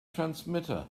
transmitter